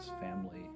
family